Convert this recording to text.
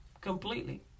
completely